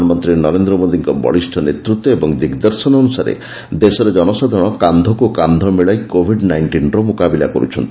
ପ୍ରଧାନମନ୍ତ୍ରୀ ନରେନ୍ଦ୍ର ମୋଦିଙ୍କ ବଳିଷ୍ଠ ନେତୃତ୍ୱ ଓ ଦିଗ୍ଦର୍ଶନ ଅନୁସାରେ ଦେଶରେ ଜନସାଧାରଣ କାନ୍ଧକୁ କାନ୍ଧ ମିଳାଇ କୋଭିଡ୍ ନାଇଷ୍ଟିନ୍ର ମୁକାବିଲା କରୁଛନ୍ତି